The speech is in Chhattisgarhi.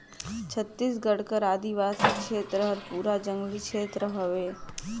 छत्तीसगढ़ कर आदिवासी छेत्र हर पूरा जंगली छेत्र हवे